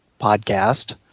podcast